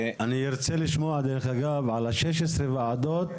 דרך אגב, אני ארצה לשמוע על השש עשרה ועדות,